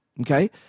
okay